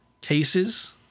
cases